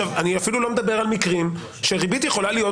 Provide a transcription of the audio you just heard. אני אפילו לא מדבר על מקרים שריבית יכולה להיות